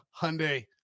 Hyundai